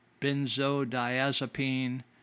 benzodiazepine